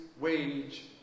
wage